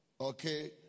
Okay